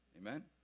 Amen